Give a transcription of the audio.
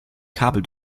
kabel